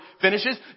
finishes